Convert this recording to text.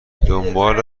دنبال